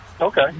Okay